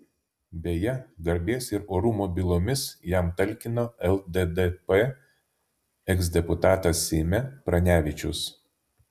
beje garbės ir orumo bylomis jam talkino lddp eksdeputatas seime pranevičius